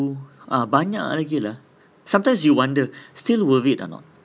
ah banyak lagi lah sometimes you wonder still worth it or not